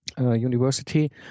University